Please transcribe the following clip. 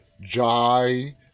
Jai